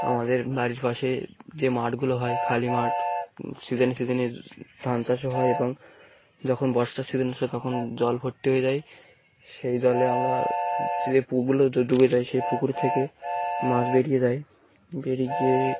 আমাদের বাড়ির পাশে যে মাঠগুলো হয় খালি মাঠে সিজেনে সিজেনে ধান চাষও হয় এবং যখন বর্ষার সিজনে আসে হয় তখন জল ভর্তি হয়ে যায় সেই জলে আমরা যে যে পুকুরগুলো ডুবে যাই সেই পুকুর থেকে মাছ বেরিয়ে যাই বেরিয়ে গিয়ে